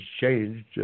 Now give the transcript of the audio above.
changed